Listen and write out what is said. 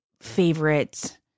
favorite